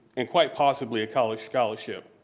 and quite possibly a college scholarship.